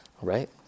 Right